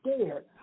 scared